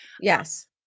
Yes